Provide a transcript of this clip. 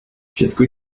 všecko